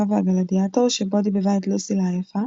והגלדיאטור" שבו דיבבה את לוסילה היפה.